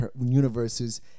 universes